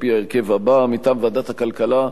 על-פי ההרכב הבא: מטעם ועדת הכלכלה,